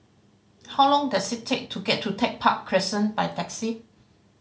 how long does it take to get to Tech Park Crescent by taxi